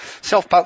self